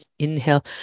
Inhale